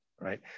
right